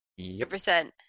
100%